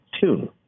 tune